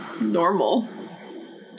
normal